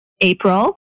April